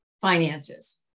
finances